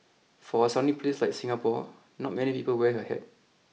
for a sunny place like Singapore not many people wear a hat